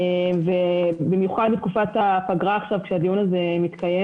במיוחד בתקופת הפגרה כשהדיון הזה מתקיים,